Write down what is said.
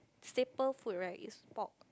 staple food right is pork